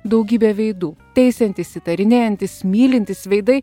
daugybė veidų teisiantys įtarinėjantys mylintys veidai